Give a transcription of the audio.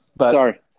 Sorry